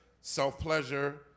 self-pleasure